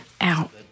out